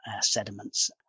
sediments